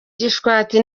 gishwati